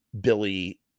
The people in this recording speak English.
billy